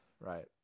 right